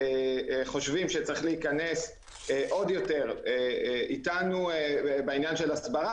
חושבים שצריך להיכנס עוד יותר לעניין של הסברה